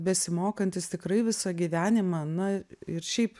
besimokantys tikrai visą gyvenimą na ir šiaip